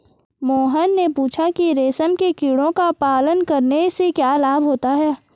मोहन ने पूछा कि रेशम के कीड़ों का पालन करने से क्या लाभ होता है?